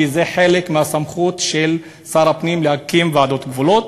כי זה חלק מהסמכות של שר הפנים להקים ועדות גבולות.